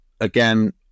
again